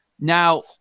now